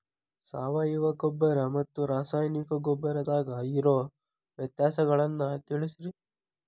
ಸಾವಯವ ಗೊಬ್ಬರ ಮತ್ತ ರಾಸಾಯನಿಕ ಗೊಬ್ಬರದಾಗ ಇರೋ ವ್ಯತ್ಯಾಸಗಳನ್ನ ತಿಳಸ್ರಿ